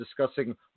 discussing